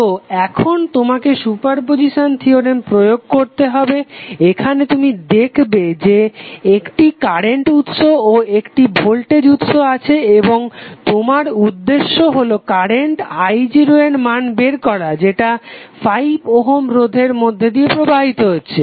তো এখন তোমাকে সুপারপজিসান থিওরেম প্রয়োগ করতে হবে এখানে তুমি দেখবে যে একটি কারেন্ট উৎস ও একটি ভোল্টেজ উৎস আছে এবং তোমার উদ্দেশ্য হলো কারেন্ট i0 এর মান বের করা যেটা 5 ওহম রোধের মধ্যে দিয়ে প্রবাহিত হচ্ছে